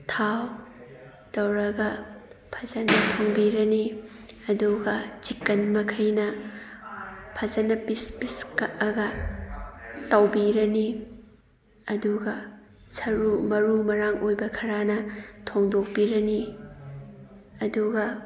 ꯊꯥꯎ ꯇꯧꯔꯒ ꯐꯖꯅ ꯊꯣꯡꯕꯤꯒꯅꯤ ꯑꯗꯨꯒ ꯆꯤꯀꯟ ꯃꯈꯩꯅ ꯐꯖꯅ ꯄꯤꯁ ꯄꯤꯁ ꯀꯛꯑꯒ ꯇꯥꯎꯕꯤꯔꯅꯤ ꯑꯗꯨꯒ ꯁꯔꯨ ꯃꯔꯨ ꯃꯔꯥꯡ ꯑꯣꯏꯕ ꯈꯔꯅ ꯊꯣꯡꯗꯣꯛꯄꯤꯔꯅꯤ ꯑꯗꯨꯒ